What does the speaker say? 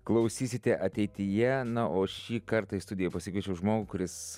klausysite ateityje na o šį kartą į studiją pasikviečiau žmogų kuris